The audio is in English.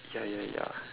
ya ya ya